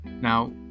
Now